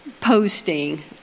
posting